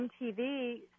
MTV